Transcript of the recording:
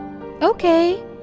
Okay